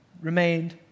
remained